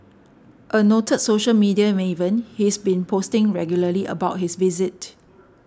a noted social media maven he's been posting regularly about his visit